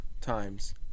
times